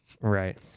Right